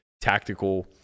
tactical